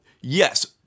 yes